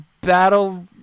battle